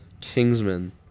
Kingsman